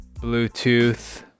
Bluetooth